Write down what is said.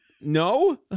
No